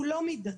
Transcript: הוא לא מידתי,